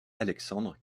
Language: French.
alexandre